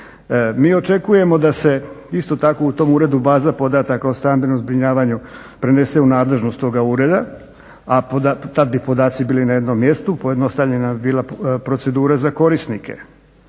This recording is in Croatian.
Mi očekujemo da se isto tako u tom uredu baza podataka o stambenom zbrinjavanju prenese u nadležnost tog ureda, a tada bi podaci bili na jednom mjestu, pojednostavljena bi bila procedura za korisnike.